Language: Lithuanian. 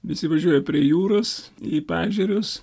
visi važiuoja prie jūros į paežerius